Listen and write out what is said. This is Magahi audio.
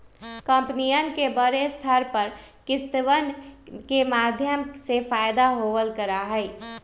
कम्पनियन के बडे स्तर पर किस्तवन के माध्यम से फयदा होवल करा हई